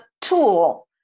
tool